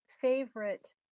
favorite